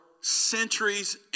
centuries